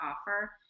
offer